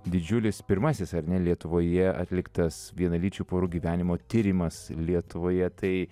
didžiulis pirmasis ar ne lietuvoje atliktas vienalyčių porų gyvenimo tyrimas lietuvoje tai